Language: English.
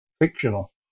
fictional